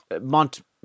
Mont